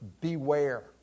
beware